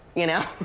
you know?